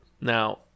Now